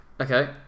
Okay